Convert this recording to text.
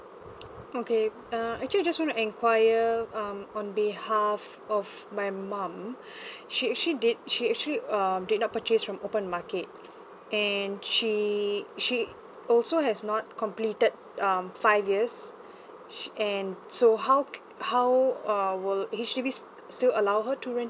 okay uh actually just want to enquire um on behalf of my mom she actually did she actually um did not purchase from open market and she she also has not completed um five years and so how how uh will H_D_B still allow her to rent